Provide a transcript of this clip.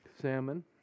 Salmon